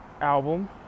album